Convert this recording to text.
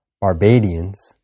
Barbadians